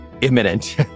imminent